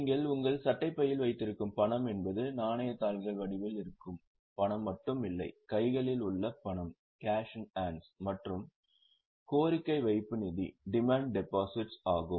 நீங்கள் உங்கள் சட்டைப் பையில் வைத்திருக்கும் பணம் என்பது நாணயத்தாள்கள் வடிவில் இருக்கும் பணம் மட்டும் இல்லை கைகளில் உள்ள பணம் மற்றும் கோரிக்கை வைப்பு நிதி ஆகும்